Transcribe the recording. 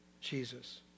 Jesus